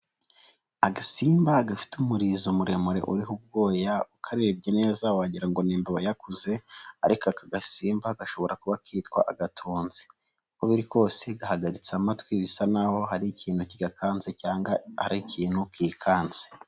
Agasimba gafite umurizo muremure uriho ubwoya, ukabye neza wagira nimba aba yakuze, ariko aka gasimba gashobora kuba kitwa agatunzi, uko biri kose gahagaritse amatwi bisa naho hari ikintu kigakanze cyangwa ari ikintu kikanze.